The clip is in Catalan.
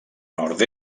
nord